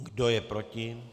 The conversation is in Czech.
Kdo je proti?